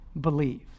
believe